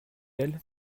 elle